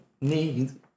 need